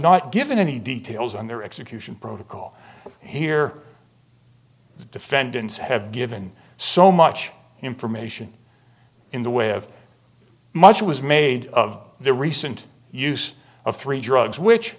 not given any details on their execution protocol here defendants have given so much information in the way of much was made of the recent use of three drugs which